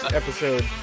episode